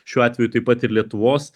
šiuo atveju taip pat ir lietuvos